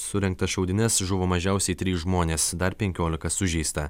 surengtas šaudynes žuvo mažiausiai trys žmonės dar penkiolika sužeista